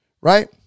right